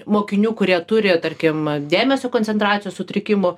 mokinių kurie turi tarkim dėmesio koncentracijos sutrikimų